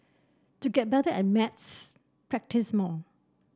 to get better at maths practise more